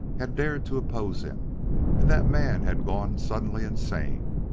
had dared to oppose him and that man had gone suddenly insane.